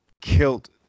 killed